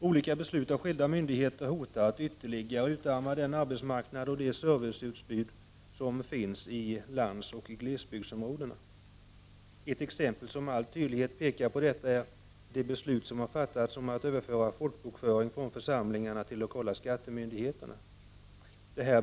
Olika beslut av skilda myndigheter hotar att ytterligare utarma den arbetsmarknad och det serviceutbud som finns i landsbygdsoch glesbygdsområdena. Ett exempel, som med all önskvärd tydlighet pekar på detta, är beslutet om att överföra folkbokföringen från församlingarna till de lokala skattemyndigheterna.